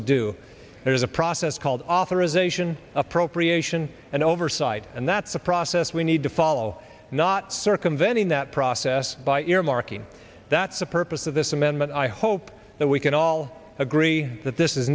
to do there is a process called authorization appropriation and oversight and that's the process we need to follow not circumventing that process by earmarking that's the purpose of this amendment i hope that we can all agree that this is